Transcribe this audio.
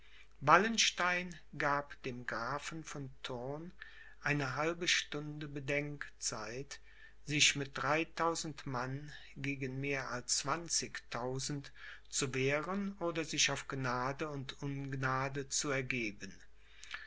wallenstein gab dem grafen von thurn eine halbe stunde bedenkzeit sich mit dritthalbtausend mann gegen mehr als zwanzigtausend zu wehren oder sich auf gnade und ungnade zu ergeben